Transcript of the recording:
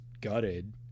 gutted